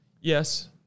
Yes